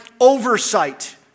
oversight